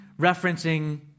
referencing